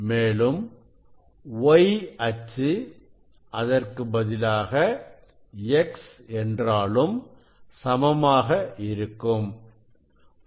மேலும் Y அச்சு அதற்கு பதிலாக X என்றாலும் சமமாக இருக்கும்